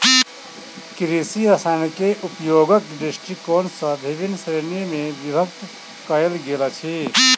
कृषि रसायनकेँ उपयोगक दृष्टिकोण सॅ विभिन्न श्रेणी मे विभक्त कयल गेल अछि